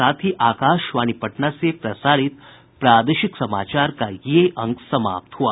इसके साथ ही आकाशवाणी पटना से प्रसारित प्रादेशिक समाचार का ये अंक समाप्त हुआ